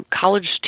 college